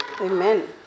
Amen